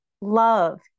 love